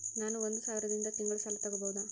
ನಾನು ಒಂದು ಸಾವಿರದಿಂದ ತಿಂಗಳ ಸಾಲ ತಗಬಹುದಾ?